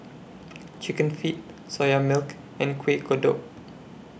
Chicken Feet Soya Milk and Kueh Kodok